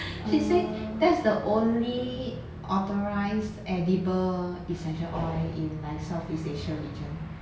she said that's the only authorised edible essential oil in like south east asia region